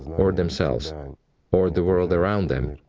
or themselves or the world around them,